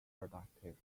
productive